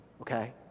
Okay